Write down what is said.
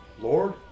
Lord